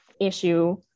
issue